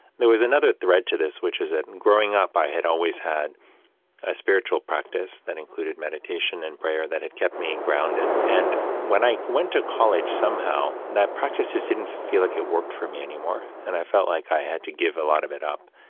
there was another thread to this, which is that and growing up, i had always had a spiritual practice that included meditation and prayer that had kept me and grounded. and when i went to college, somehow, that practice just didn't feel like it worked for me anymore. and i felt like i had to give a lot of it up.